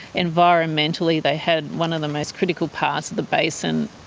environmentally they had one of the most critical parts of the basin,